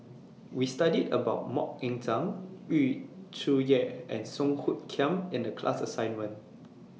We studied about Mok Ying Jang Yu Zhuye and Song Hoot Kiam in The class assignment